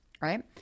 right